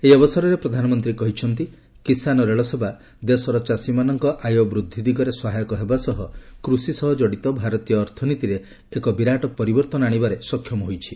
ଏହି ଅବସରରେ ପ୍ରଧାନମନ୍ତ୍ରୀ କହିଛନ୍ତି କିଶାନ୍ ରେଳସେବା ଦେଶର ଚାଷୀମାନଙ୍କ ଆୟ ବୃଦ୍ଧି ଦିଗରେ ସହାୟକ ହେବା ସହ କୃଷି ସହ ଜଡ଼ିତ ଭାରତୀୟ ଅର୍ଥନୀତିରେ ଏକ ବିରାଟ ପରବର୍ତ୍ତୀ ଆଣିବାରେ ସକ୍ଷମ ହୋଇଛି